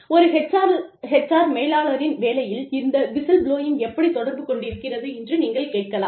ஒரு HR மேலாளரின் வேலையில் இந்த விசில்புளோயிங் எப்படி தொடர்பு கொண்டிருக்கிறது என்று நீங்கள் கேட்கலாம்